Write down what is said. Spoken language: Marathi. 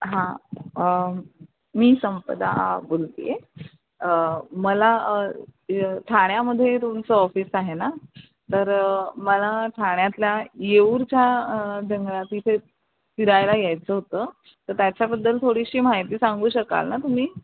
हां मी संपदा बोलतीय मला ठाण्यामध्ये तुमचं ऑफिस आहे ना तर मला ठाण्यातल्या येऊरच्या जंगलात तिथे फिरायला यायचं होतं तर त्याच्याबद्दल थोडीशी माहिती सांगू शकाल ना तुम्ही